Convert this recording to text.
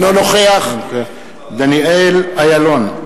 אינו נוכח דניאל אילון,